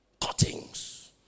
Cuttings